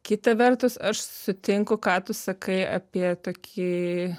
kita vertus aš sutinku ką tu sakai apie tokį